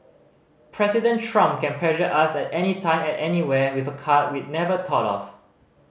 President Trump can pressure us at anytime at anywhere with a card we'd never thought of